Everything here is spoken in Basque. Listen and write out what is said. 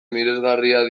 miresgarriak